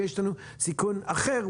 ויש לנו סיכון אחר,